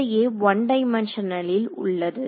இவையே ஒன் டைமன்ஷனில் உள்ளது